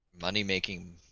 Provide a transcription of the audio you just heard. money-making